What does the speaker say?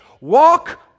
Walk